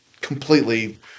completely